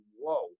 whoa